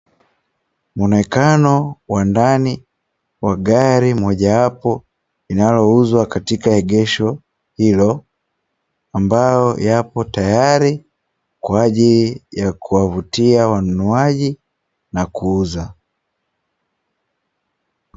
Muonekano wa ndani wa gari mojawapo linalouzwa katika egesho hilo ambayo yapo tayari kwa ajili ya kuwavutia wanunuaji na kuuza.